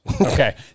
Okay